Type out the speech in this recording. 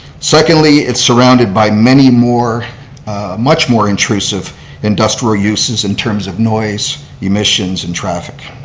secondly, it's surrounded by many more much more intrusive industrial uses, in terms of noise, emissions, and traffic.